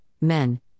men